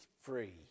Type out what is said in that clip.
free